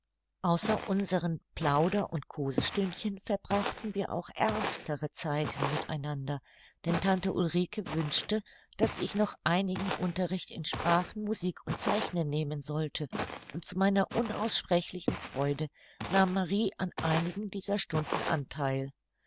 außer unsern plauder und kosestündchen verbrachten wir auch ernstere zeiten mit einander denn tante ulrike wünschte daß ich noch einigen unterricht in sprachen musik und zeichnen nehmen sollte und zu meiner unaussprechlichen freude nahm marie an einigen dieser stunden antheil